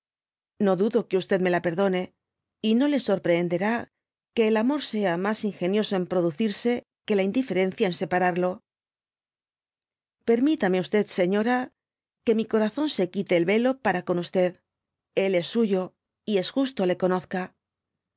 no dudo que me la perdone y no le sorprehenderá que el amor sea mas ingenioso en jproducirse que la indiferencia en separarlo permítame señora que mi corazón se quite el velo para con él es suyo y es justo k conozca